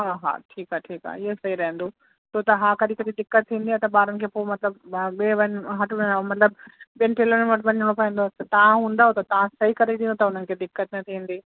हा हा ठीकु आहे ठीकु आहे इहो सही रहंदो छो त हा कॾहिं कॾहिं दिक़त थींदी थे त ॿारनि खे पोइ मतिलबु ॿिए वन हट वे मतिलबु ॿियन टेलरनि वटि वञिणो पवंदो आहे त तव्हां हूंदव त तव्हां सही करे ॾींदव त हुननि खे दिक़त न थींदी